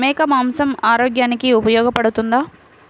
మేక మాంసం ఆరోగ్యానికి ఉపయోగపడుతుందా?